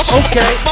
okay